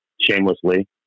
shamelessly